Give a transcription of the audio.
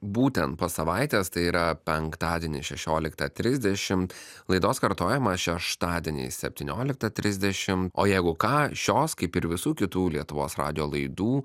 būtent po savaitės tai yra penktadienį šešioliktą trisdešimt laidos kartojimas šeštadieniais septynioliktą trisdešimt o jeigu ką šios kaip ir visų kitų lietuvos radijo laidų